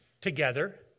together